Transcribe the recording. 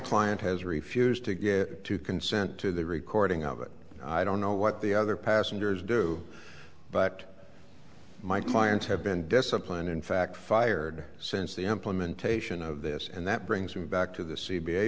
client has refused to get to consent to the recording of it i don't know what the other passengers do but my clients have been disciplined in fact fired since the implementation of this and that brings me back to the c